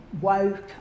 woke